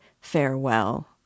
farewell